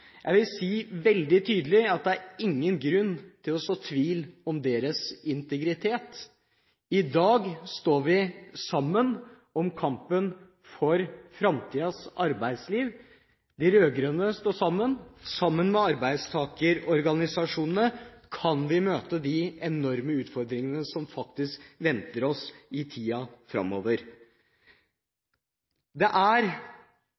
jeg vil si veldig tydelig at det er ingen grunn til å så tvil om deres integritet. I dag står vi sammen i kampen for framtidens arbeidsliv. De rød-grønne står sammen, og sammen med arbeidstakerorganisasjonene kan vi møte de enorme utfordringene som faktisk venter oss i tiden framover. Det er uløste spørsmål – f.eks. pensjon, som er